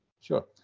Sure